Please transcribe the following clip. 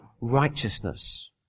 righteousness